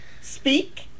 Speak